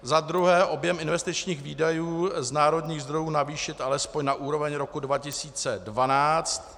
Za druhé objem investičních výdajů z národních zdrojů navýšit alespoň na úroveň roku 2012.